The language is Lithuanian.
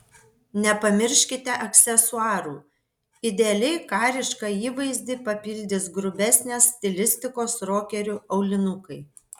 nepamirškite aksesuarų idealiai karišką įvaizdį papildys grubesnės stilistikos rokerių aulinukai